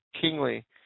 kingly